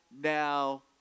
now